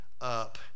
Up